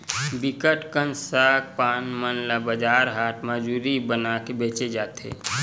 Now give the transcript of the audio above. बिकट कन सग पान मन ल बजार हाट म जूरी बनाके बेंचे जाथे